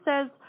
says